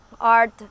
art